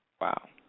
Wow